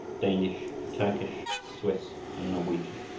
danish, turkish, swiss, and norwegian.